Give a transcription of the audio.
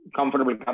comfortable